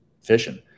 fishing